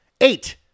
Eight